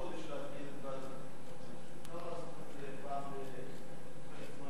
אין צורך כל חודש להטריד את ועדת החינוך של הכנסת.